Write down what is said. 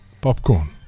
Popcorn